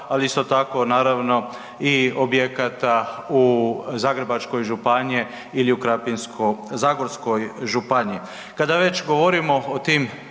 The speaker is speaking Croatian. ali isto tako naravno i objekata Zagrebačke županije ili u Krapinsko-zagorskoj županiji. Kada već govorimo o tim